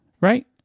right